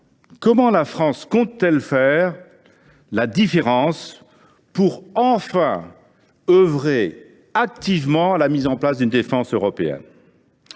comment la France compte t elle faire la différence pour enfin œuvrer activement à la mise en place d’une défense européenne ?